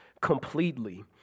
completely